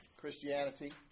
Christianity